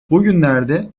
bugünlerde